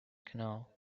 canal